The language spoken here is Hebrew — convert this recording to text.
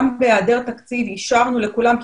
גם בהיעדר תקציב אישרנו לכולם,